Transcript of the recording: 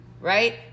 Right